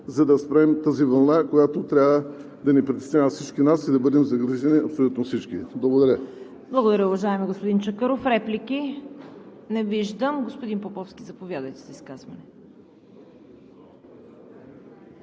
за да спрем тази вълна, която трябва да ни притеснява всички нас и да бъдем загрижени абсолютно всички. Благодаря. ПРЕДСЕДАТЕЛ ЦВЕТА КАРАЯНЧЕВА: Благодаря, уважаеми господин Чакъров. Реплики? Не виждам. Господин Поповски, заповядайте за изказване.